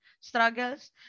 struggles